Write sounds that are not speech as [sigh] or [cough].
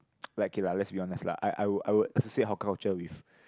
[noise] like okay lah let's be honest lah I I would I would say hawker culture with